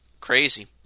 Crazy